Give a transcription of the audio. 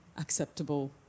acceptable